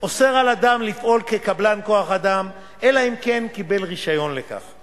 אוסר על אדם לפעול כקבלן כוח-אדם אלא אם כן קיבל רשיון לכך,